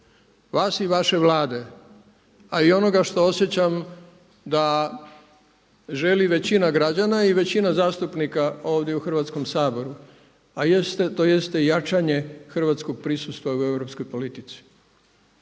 vas i vaše Vlade a i onoga što osjećam da želi većina građana i većina zastupnika ovdje u Hrvatskom saboru a to jeste jačanje hrvatskog prisustva u Europskoj politici.